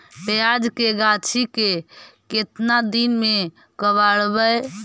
प्याज के गाछि के केतना दिन में कबाड़बै?